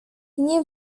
nie